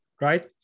Right